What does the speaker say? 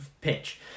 pitch